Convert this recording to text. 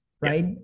right